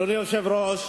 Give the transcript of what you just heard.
אדוני היושב-ראש,